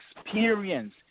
experience